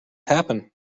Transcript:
happen